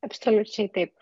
absoliučiai taip